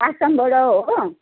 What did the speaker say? आसामबाट हो